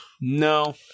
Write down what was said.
No